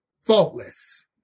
faultless